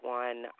one